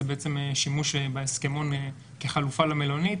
זה שימוש בהסכמון כחלופה למלונית,